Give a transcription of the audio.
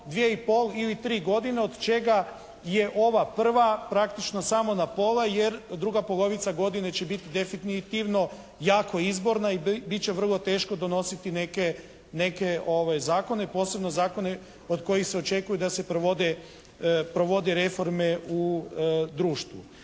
dvije i pol ili tri godine od čega je ova prva praktično samo na pola, jer druga polovica godine će biti definitivno jako izborna i bit će vrlo teško donositi neke zakone, posebno zakone od kojih se očekuje da se provode reforme u društvu.